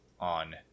on